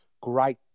great